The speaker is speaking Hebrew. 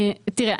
תראה,